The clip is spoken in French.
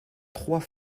trois